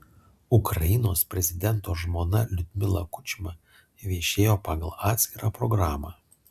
ukrainos prezidento žmona liudmila kučma viešėjo pagal atskirą programą